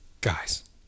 Guys